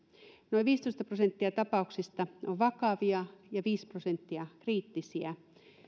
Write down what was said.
noin viisitoista prosenttia tapauksista on vakavia ja viisi prosenttia kriittisiä